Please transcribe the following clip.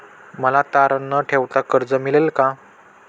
मला तारण न ठेवता कर्ज मिळेल का?